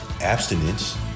abstinence